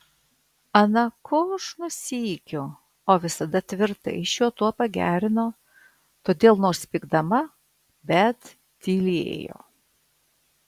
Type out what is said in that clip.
ana kožnu sykiu o visada tvirtai šiuo tuo pagerino todėl nors pykdama bet tylėjo